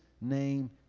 name